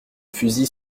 fusil